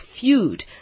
feud